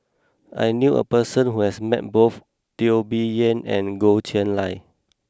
I knew a person who has met both Teo Bee Yen and Goh Chiew Lye